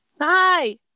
Hi